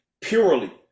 purely